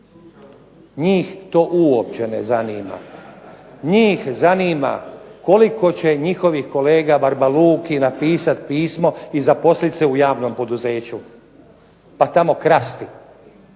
Njih to uopće ne zanima. Njih zanima koliko će njihovih kolega barba Luki napisati pismo i zaposliti se u javnom poduzeću, pa tamo krasti.